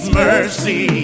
mercy